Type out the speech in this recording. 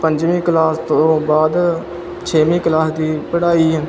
ਪੰਜਵੀਂ ਕਲਾਸ ਤੋਂ ਬਾਅਦ ਛੇਵੀਂ ਕਲਾਸ ਦੀ ਪੜ੍ਹਾਈ